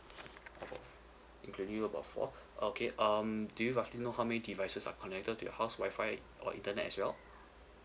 four including you about four okay um do you roughly know how many devices are connected to your house Wi-Fi or internet as well